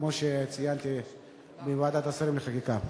כמו שציינתי בוועדת השרים לחקיקה.